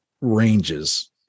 ranges